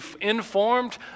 informed